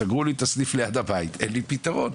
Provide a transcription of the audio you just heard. סגרו לי את הסניף ליד הבית ואין לי פתרון,